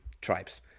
tribes